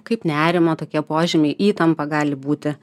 kaip nerimo tokie požymiai įtampa gali būti